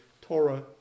Torah